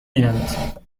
بینمت